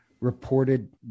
Reported